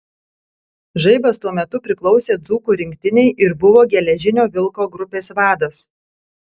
žaibas tuo metu priklausė dzūkų rinktinei ir buvo geležinio vilko grupės vadas